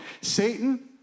Satan